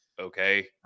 okay